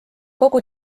kogu